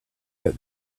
that